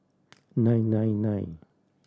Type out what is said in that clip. nine nine nine